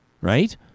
right